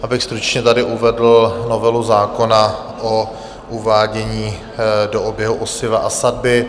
... abych stručně tady uvedl novelu zákona o uvádění do oběhu osiva a sadby.